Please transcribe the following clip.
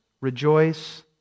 rejoice